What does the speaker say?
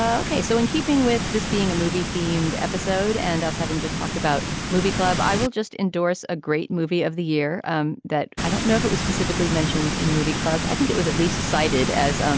okay. so in keeping with this being a movie themed episode and us having just talked about movie club, i will just endorse a great movie of the year um that i don't know if it was specifically mentioned in movie club. i think it was at least cited, as, um